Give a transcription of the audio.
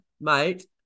mate